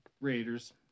Raiders